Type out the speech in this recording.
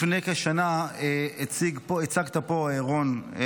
לפני כשנה הצגת פה, רון,